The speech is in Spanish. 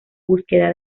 búsqueda